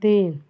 तीन